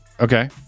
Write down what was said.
Okay